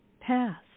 pass